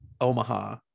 Omaha